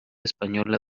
española